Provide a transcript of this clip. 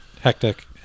hectic